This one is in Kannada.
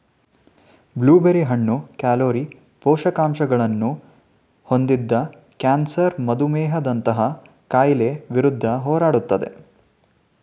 ಬ್ಲೂ ಬೆರಿ ಹಣ್ಣು ಕ್ಯಾಲೋರಿ, ಪೋಷಕಾಂಶಗಳನ್ನು ಹೊಂದಿದ್ದು ಕ್ಯಾನ್ಸರ್ ಮಧುಮೇಹದಂತಹ ಕಾಯಿಲೆಗಳ ವಿರುದ್ಧ ಹೋರಾಡುತ್ತದೆ